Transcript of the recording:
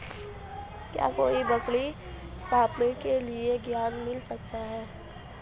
क्या कोई बकरी फार्म के लिए ऋण मिल सकता है?